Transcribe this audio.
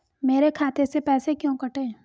मेरे खाते से पैसे क्यों कटे?